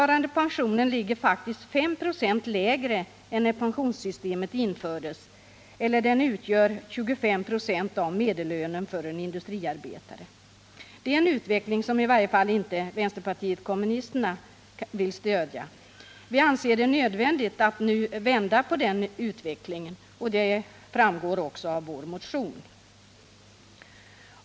Pensionen ligger nu faktiskt 5 96 lägre än när pensionssystemet infördes; den utgör 25 924 av medellönen för en industriarbetare. Det är en utveckling som i varje fall inte vänsterpartiet kommunisterna vill stödja. Vi anser det nödvändigt att nu vända på den utvecklingen, och det framgår även av vår motion.